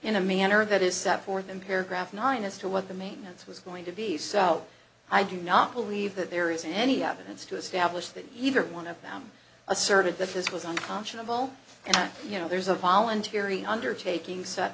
in a manner that is set for them paragraph nine as to what the maintenance was going to be so i do not believe that there is any evidence to establish that either one of them asserted that this was unconscionable and you know there's a voluntary undertaking set